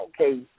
okay